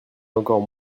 encore